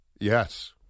Yes